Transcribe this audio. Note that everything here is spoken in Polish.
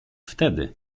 wtedy